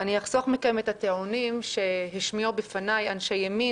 אחסוך מכם את הטיעונים שהשמיעו בפניי אנשי ימין